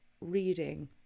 reading